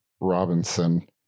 Robinson